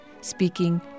speaking